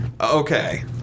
Okay